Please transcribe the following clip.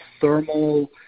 thermal